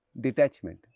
detachment